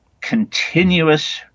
continuous